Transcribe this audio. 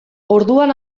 orduan